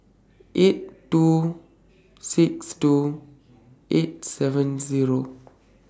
eight two six two eight seven Zero